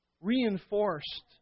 reinforced